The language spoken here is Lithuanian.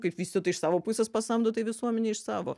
kaip vystytojai iš savo pusės pasamdo tai visuomenė iš savo